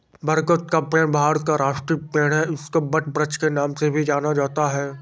बरगद का पेड़ भारत का राष्ट्रीय पेड़ है इसको वटवृक्ष के नाम से भी जाना जाता है